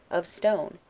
of stone,